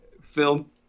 film